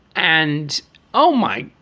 and oh my.